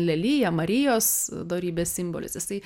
lelija marijos dorybės simbolis jisai